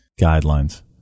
guidelines